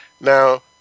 Now